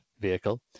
vehicle